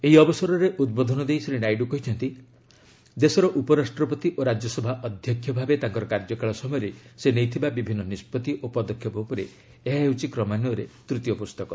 ଏହି ଅବସରରେ ଉଦ୍ବୋଧନ ଦେଇ ଶ୍ରୀ ନାଇଡୁ କହିଛନ୍ତି ଦେଶର ଉପରାଷ୍ଟ୍ରପତି ଓ ରାଜ୍ୟସଭା ଅଧ୍ୟକ୍ଷ ଭାବେ ତାଙ୍କର କାର୍ଯ୍ୟକାଳ ସମୟରେ ସେ ନେଇଥିବା ବିଭିନ୍ନ ନିଷ୍କଭି ଓ ପଦକ୍ଷେପ ଉପରେ ଏହା ହେଉଛି କ୍ରମାନ୍ୱୟରେ ତୂତୀୟ ପୁସ୍ତକ